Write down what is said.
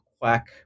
quack